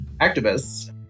activists